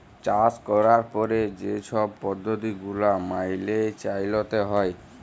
চাষ ক্যরার পরে যে ছব পদ্ধতি গুলা ম্যাইলে চ্যইলতে হ্যয়